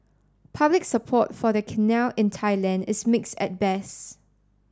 public support for the canal in Thailand is mixed at best